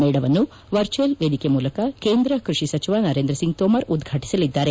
ಮೇಳವನ್ನು ವರ್ಚುವಲ್ ವೇದಿಕೆ ಮೂಲಕ ಕೇಂದ್ರ ಕೃಷಿ ಸಚಿವ ನರೇಂದ್ರಸಿಂಗ್ ತೋಮರ್ ಉದ್ರಾಟಿಸಲಿದ್ದಾರೆ